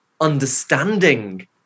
understanding